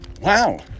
wow